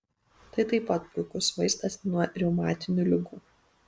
tai taip pat puikus vaistas nuo reumatinių ligų